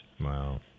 Wow